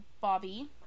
Bobby